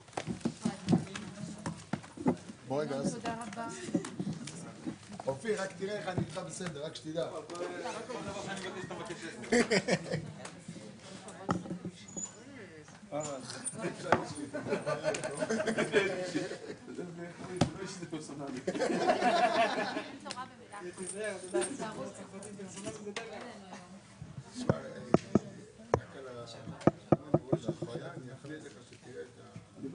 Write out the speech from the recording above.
10:43.